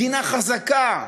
מדינה חזקה,